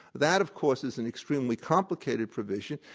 that of course is an extremely complicated provision.